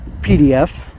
PDF